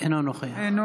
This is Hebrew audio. אינו נוכח אלינה